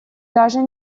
даже